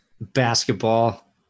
Basketball